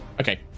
Okay